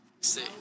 See